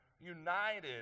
United